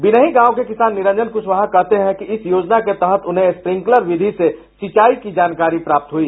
विनही गांव के किसान निरंजन कुशवाहा कहते हैं कि इस योजना के तहत उन्हें स्प्रिंकलर विधि से सिंचाई की जानकारी प्राप्त हुई